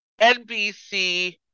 NBC